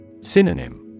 Synonym